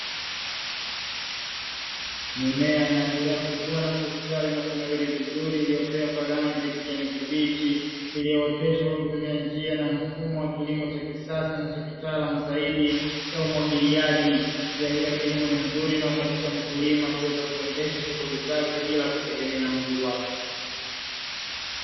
Mimea inayoendelea kukua na kustawi na kunawiri vizuri, iliyopea kwa rangi ya kijani kibichi, iliyooteshwa kwa kutumia mfumo wa kilimo cha kisasa na cha kitaalamu zaidi cha umwagiliaji. Njia hii ya kilimo ni nzuri, inamwezesha mkulima kuendesha shughuli zake bila kutumia mvua.